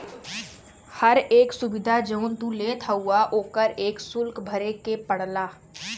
हर एक सुविधा जौन तू लेत हउवा ओकर एक सुल्क भरे के पड़ला